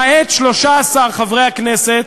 למעט 13 חברי הכנסת,